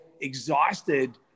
exhausted